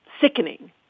Sickening